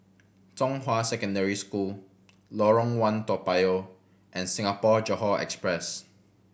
Zhonghua Secondary School Lorong One Toa Payoh and Singapore Johore Express